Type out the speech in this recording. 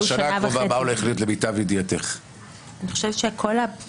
ודמוקרטית לא תוכלו לקדם את המדיניות שלכם,